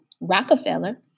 Rockefeller